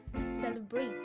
celebrate